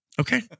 Okay